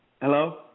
Hello